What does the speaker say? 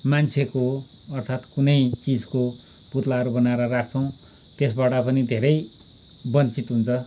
मान्छेको अर्थात कुनै चिजको पुत्लाहरू बनाएर राख्छौँ त्यसबाट पनि धेरै वञ्चित हुन्छ